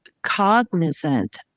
cognizant